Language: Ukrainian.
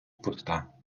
пуста